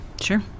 Sure